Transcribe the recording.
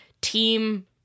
team